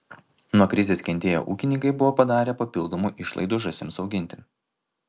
nuo krizės kentėję ūkininkai buvo padarę papildomų išlaidų žąsims auginti